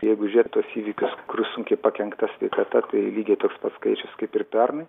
jeigu žiūrėti tuos įvykius kur sunkiai pakenkta sveikata tai lygiai toks pat skaičius kaip ir pernai